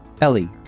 Ellie